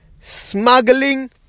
smuggling